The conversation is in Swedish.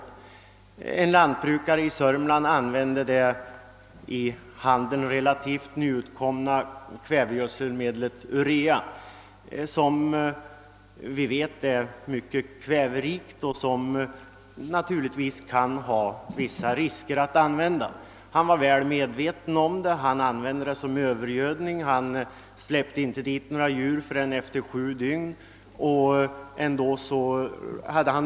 Det gällde en lantbrukare i Sörmland, som använde det i handeln relativt nyutkomna kvävegödselmedlet urea, vilket vi vet är mycket kväverikt och vars användande naturligtvis är förenat med vissa risker. Jordbrukaren var väl medveten om detta och använde medlet som övergödning. Han släppte inte in några djur på det behandlade området förrän efter sju dygn.